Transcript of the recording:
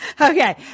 Okay